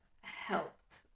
helped